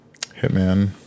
Hitman